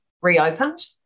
reopened